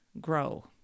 grow